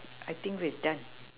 I think we're done